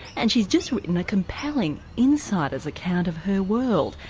and she's just written a compelling insider's account of her world,